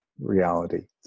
reality